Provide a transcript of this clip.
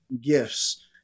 gifts